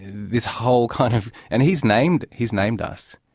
this whole kind of. and he's named he's named us,